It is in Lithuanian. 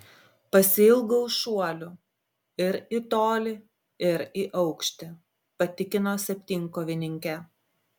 pasiilgau šuolių ir į tolį ir į aukštį patikino septynkovininkė